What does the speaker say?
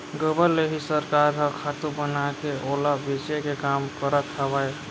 गोबर ले ही सरकार ह खातू बनाके ओला बेचे के काम करत हवय